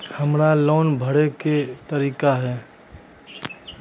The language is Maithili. हमरा लोन भरे के की तरीका है?